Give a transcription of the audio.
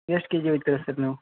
ಎಷ್ಟು K G ಒಯ್ತೀರ sir ನೀವು